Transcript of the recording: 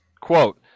quote